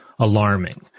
Alarming